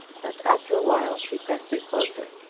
but after a while she pressed it closer,